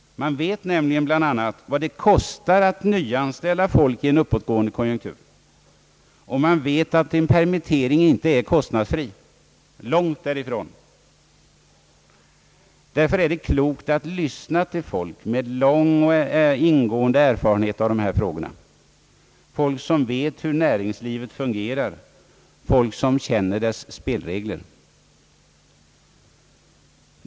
Man vet nämligen bl.a. vad det kostar att nyanställa folk i en uppåtgående konjunktur. Och man vet att en permittering inte är kostnadsfri — långt därifrån. Därför vore det klokt att lyssna till folk med lång och ingående erfarenhet av dessa frågor, folk som vet hur näringslivet fungerar, folk som känner dess spelregler.